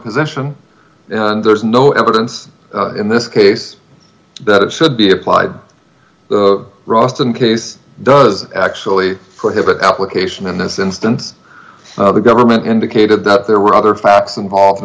position and there is no evidence in this case that it should be applied roston case does actually prohibit application in this instance the government indicated that there were other facts involved in